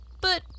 But